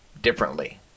differently